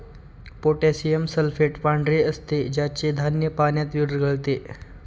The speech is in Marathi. पोटॅशियम सल्फेट पांढरे असते ज्याचे धान्य पाण्यात विरघळते